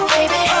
Baby